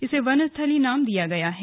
इसे वनस्थली नाम दिया गया है